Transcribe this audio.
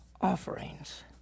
offerings